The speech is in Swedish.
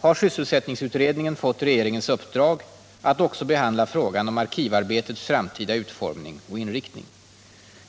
har sysselsättningsutredningen fått regeringens uppdrag att också behandla frågan om arkivarbetets framtida utformning och inriktning.